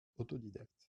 autodidacte